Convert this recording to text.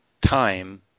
time